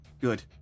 good